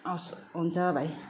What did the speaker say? हवस् हुन्छ भाइ